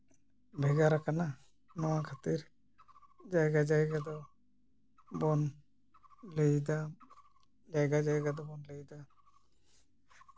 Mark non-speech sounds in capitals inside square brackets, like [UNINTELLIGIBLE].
ᱵᱷᱮᱜᱟᱨ ᱠᱟᱱᱟ ᱱᱚᱣᱟ ᱠᱷᱟᱹᱛᱤᱨ ᱡᱟᱭᱜᱟ ᱡᱟᱭᱜᱟ ᱫᱚ ᱵᱚᱱ ᱞᱟᱹᱭᱫᱟ ᱡᱟᱭᱜᱟ ᱡᱟᱭᱜᱟ ᱫᱚ ᱵᱚᱱ ᱞᱟᱹᱭᱫᱟ [UNINTELLIGIBLE]